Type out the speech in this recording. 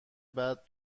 بعد